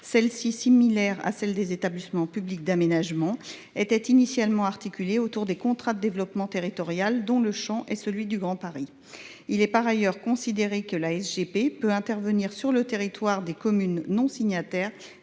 celle ci similaire à celle des établissements publics d'aménagement étaient initialement articulés autour des contrats de développement territorial dont le champ est celui du grand paris il est par ailleurs considéré que la g p peut intervenir sur le territoire des communes non signataires